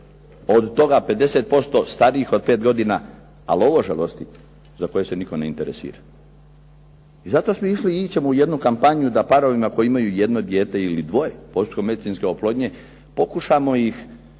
od toga 50% starijih od 5 godina, ali ovo žalosti, za koje se nitko ne interesira. I zato smo išli i ići ćemo u jednu kampanju da parovima koji imaju jedno dijete ili dvoje postupkom medicinske oplodnje pokušamo ih motivirati